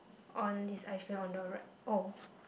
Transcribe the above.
on his ice cream on the right oh